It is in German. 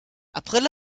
april